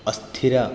अस्थिर